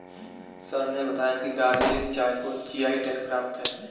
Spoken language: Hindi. सर ने बताया कि दार्जिलिंग चाय को जी.आई टैग प्राप्त है